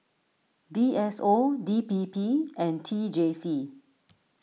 D S O D P P and T J C